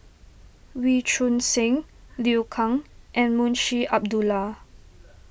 Wee Choon Seng Liu Kang and Munshi Abdullah